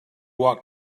walk